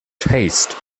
taste